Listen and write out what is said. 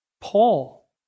Paul